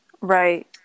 right